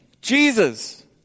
Jesus